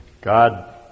God